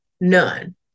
None